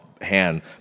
hand